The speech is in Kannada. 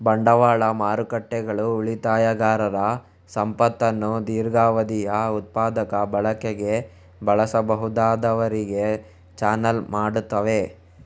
ಬಂಡವಾಳ ಮಾರುಕಟ್ಟೆಗಳು ಉಳಿತಾಯಗಾರರ ಸಂಪತ್ತನ್ನು ದೀರ್ಘಾವಧಿಯ ಉತ್ಪಾದಕ ಬಳಕೆಗೆ ಬಳಸಬಹುದಾದವರಿಗೆ ಚಾನಲ್ ಮಾಡುತ್ತವೆ